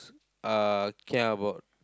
uh kia about